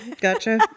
gotcha